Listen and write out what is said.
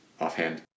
offhand